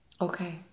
Okay